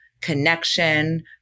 connection